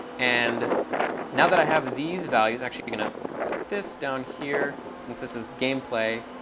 and now that i have these values, actually i'm going to put this down here since this is gameplay.